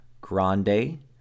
grande